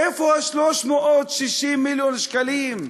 איפה 360 מיליון השקלים?